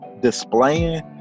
displaying